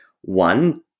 one